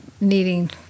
needing